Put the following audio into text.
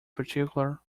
particular